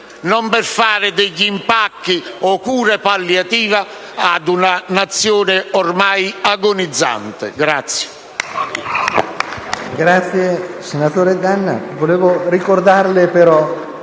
non per fare impacchi o cure palliative ad una Nazione ormai agonizzante.